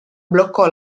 bloccò